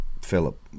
Philip